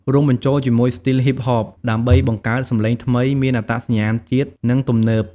រួមបញ្ចូលជាមួយស្ទីលហ៊ីបហប ដើម្បីបង្កើតសម្លេងថ្មីមានអត្តសញ្ញាណជាតិ និងទំនើប។